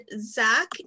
Zach